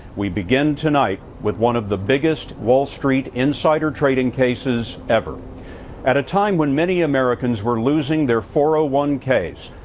we begin tonight with one of the biggest wall street insider trading cases ever at a time when many americans were losing their faurot one case.